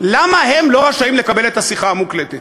למה הם לא רשאים לקבל את השיחה המוקלטת?